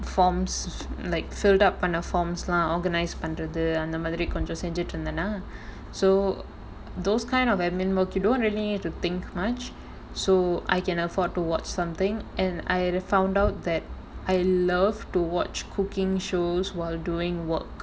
forms like filled up பண்ண:panna forms lah organised பண்றது அந்த மாதிரி கொஞ்சோ செஞ்சிட்டு இருந்தேனா:pandrathu antha maathiri konjo senjitu irunthaenaa so those kind of administrative work you don't really need to think much so I can afford to watch something and I had found out that I love to watch cooking shows while doing work